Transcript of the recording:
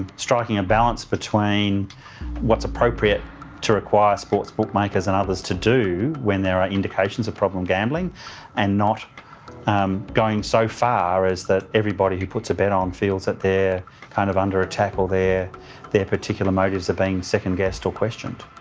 and striking a balance between what's appropriate to require sports bookmakers and others to do when there are indications of problem gambling and not um going so far as that everybody who puts a bet on feels that they're kind of under attack or their particular motives are being second guessed or questioned.